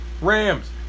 Rams